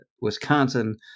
Wisconsin